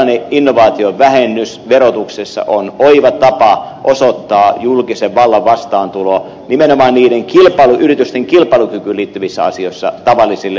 siinä tällainen innovaatiovähennys verotuksessa on oiva tapa osoittaa julkisen vallan vastaantulo nimenomaan yritysten kilpailukykyyn liittyvissä asioissa tavallisille pienille ja keskisuurille yrityksille